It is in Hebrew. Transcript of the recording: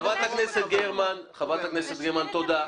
חברת הכנסת גרמן, תודה.